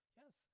yes